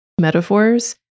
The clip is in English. metaphors